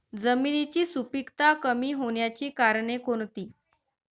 जमिनीची सुपिकता कमी होण्याची कारणे कोणती?